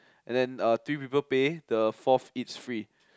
and then uh three people pay the fourth eats free